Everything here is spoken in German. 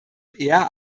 eher